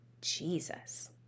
Jesus